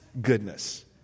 goodness